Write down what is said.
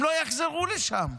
הם לא יחזרו לשם.